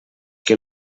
que